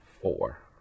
four